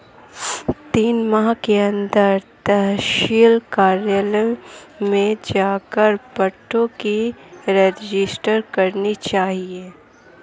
तीन माह के अंदर तहसील कार्यालय में जाकर पट्टों की रजिस्ट्री करानी चाहिए